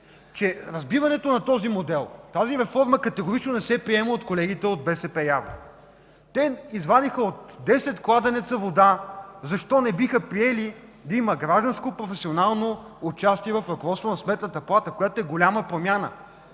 че разбиването на модела и реформата категорично не се приема от колегите от ляво. Те извадиха от десет кладенеца вода защо не биха приели да има гражданско професионално участие в ръководството на Сметната палата, което е голяма промяна.